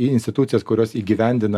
į institucijas kurios įgyvendina